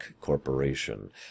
Corporation